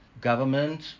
government